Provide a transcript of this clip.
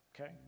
okay